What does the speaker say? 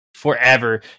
forever